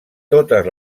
totes